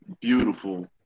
beautiful